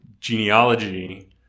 genealogy